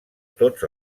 tots